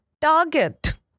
target